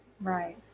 Right